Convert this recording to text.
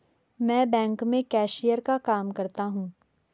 मैं बैंक में कैशियर का काम करता हूं